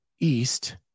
East